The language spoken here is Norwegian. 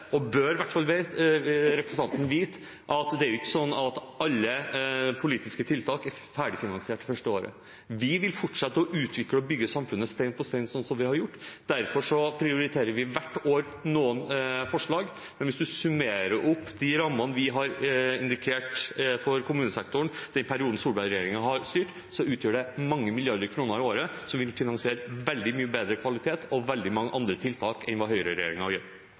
representanten bør vite – at det er ikke sånn at alle politiske tiltak er ferdigfinansierte det første året. Vi vil fortsette å utvikle og bygge samfunnet stein på stein, som vi har gjort. Derfor prioriterer vi noen forslag hvert år. Men hvis man summerer opp de rammene vi har indikert for kommunesektoren i den perioden Solberg-regjeringen har styrt, utgjør det mange milliarder kroner i året, som ville finansiert veldig mye bedre kvalitet og veldig mange andre tiltak enn hva Høyre-regjeringen gjør.